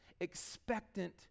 expectant